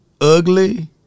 ugly